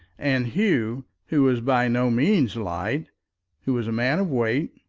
and hugh, who was by no means light who was a man of weight,